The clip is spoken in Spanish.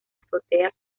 azotea